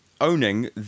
owning